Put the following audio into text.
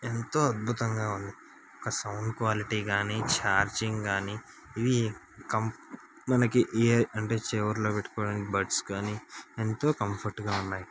ఎంతో అద్భుతంగా ఉంది ఒక సౌండ్ క్వాలిటీ కానీ ఛార్జింగ్ కానీ ఇవి కం మనకి ఏ అంటే చెవుల్లో పెట్టుకోవడానికి బర్డ్స్ కాని ఎంతో కంఫర్ట్గా ఉన్నాయి